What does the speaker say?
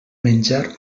menjar